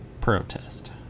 protest